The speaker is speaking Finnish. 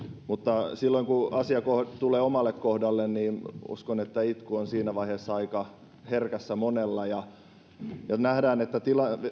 mutta silloin kun kun asia tulee omalle kohdalle niin uskon että itku on siinä vaiheessa aika herkässä monella ja nähdään että